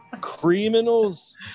criminals